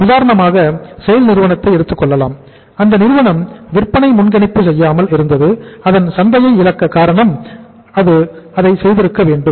உதாரணமாக SAIL நிறுவனத்தை எடுத்துக்கொள்ளலாம் அந்த நிறுவனம் விற்பனை முன்கணிப்பு செய்யாமல் இருந்தது அதன் சந்தையை இழக்க காரணம் அதையும் செய்திருக்கவேண்டும்